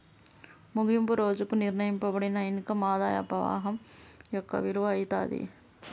ముగింపు రోజుకి నిర్ణయింపబడిన ఇన్కమ్ ఆదాయ పవాహం యొక్క విలువ అయితాది